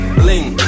bling